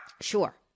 Sure